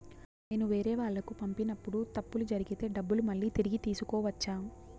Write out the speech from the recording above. నేను వేరేవాళ్లకు పంపినప్పుడు తప్పులు జరిగితే డబ్బులు మళ్ళీ తిరిగి తీసుకోవచ్చా?